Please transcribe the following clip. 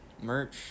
merch